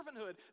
servanthood